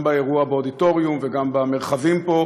גם באירוע באודיטוריום וגם במרחבים פה.